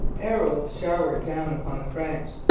arrows showered down upon the french.